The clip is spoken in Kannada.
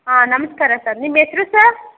ಹಾಂ ನಮಸ್ಕಾರ ಸರ್ ನಿಮ್ಮ ಹೆಸ್ರು ಸರ್